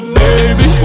baby